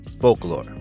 folklore